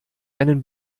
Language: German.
einen